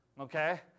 Okay